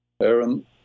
aaron